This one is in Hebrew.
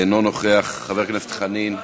אינו נוכח, חבר הכנסת חנין,